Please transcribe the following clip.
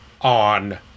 on